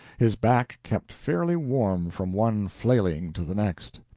his back kept fairly warm from one flailing to the next.